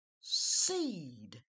seed